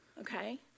okay